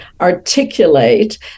articulate